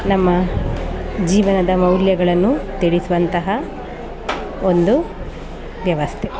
ನಮ್ಮ ಜೀವನದ ಮೌಲ್ಯಗಳನ್ನು ತಿಳಿಸುವಂತಹ ಒಂದು ವ್ಯವಸ್ಥೆ